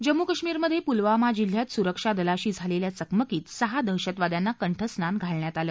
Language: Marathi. जम्मू कश्मीरमधे पुलवामा जिल्ह्यात सुरक्षादलाशी झालेल्या चकमकीत सहा दहशतवाद्यांना कंठस्नान घालण्यात आलं